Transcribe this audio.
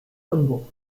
unwucht